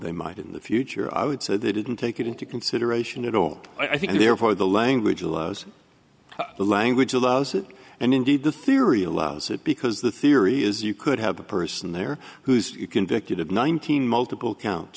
might in the future i would say they didn't take it into consideration at all i think therefore the language allows the language allows it and indeed the theory allows it because the theory is you could have a person there who's convicted of nineteen multiple counts